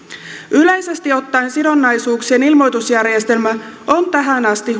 yleisesti ottaen sidonnaisuuksien ilmoitusjärjestelmä on tähän asti